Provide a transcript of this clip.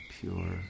pure